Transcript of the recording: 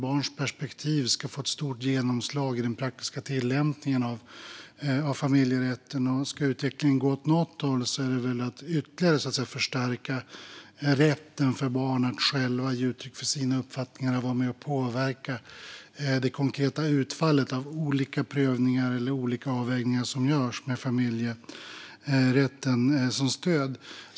Barns perspektiv ska få ett stort genomslag i den praktiska tillämpningen av familjerätten. Ska utvecklingen gå åt något håll är det att ytterligare förstärka rätten för barn att själva ge uttryck för sina uppfattningar och att vara med och påverka det konkreta utfallet av olika prövningar och olika avvägningar som görs med familjerätten som stöd.